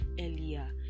earlier